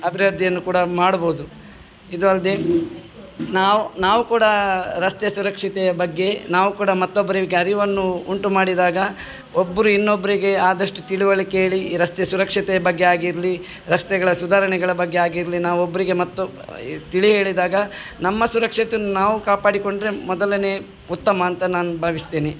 ಅಭಿವೃದ್ಧಿಯನ್ನು ಕೂಡ ಮಾಡ್ಬೋದು ಇದಲ್ಲದೆ ನಾವು ನಾವು ಕೂಡ ರಸ್ತೆ ಸುರಕ್ಷತೆಯ ಬಗ್ಗೆ ನಾವು ಕೂಡ ಮತ್ತೊಬ್ಬರಿಗೆ ಅರಿವನ್ನು ಉಂಟುಮಾಡಿದಾಗ ಒಬ್ಬರು ಇನ್ನೊಬ್ಬರಿಗೆ ಆದಷ್ಟು ತಿಳುವಳಿಕೆ ಹೇಳಿ ಈ ರಸ್ತೆ ಸುರಕ್ಷತೆಯ ಬಗ್ಗೆ ಆಗಿರಲಿ ರಸ್ತೆಗಳ ಸುಧಾರಣೆಗಳ ಬಗ್ಗೆ ಆಗಿರಲಿ ನಾವು ಒಬ್ಬರಿಗೆ ಮತ್ತು ತಿಳಿ ಹೇಳಿದಾಗ ನಮ್ಮ ಸುರಕ್ಷತೆಯನ್ನು ನಾವು ಕಾಪಾಡಿಕೊಂಡರೆ ಮೊದಲನೇ ಉತ್ತಮ ಅಂತ ನಾನು ಭಾವಿಸ್ತೇನೆ